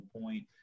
point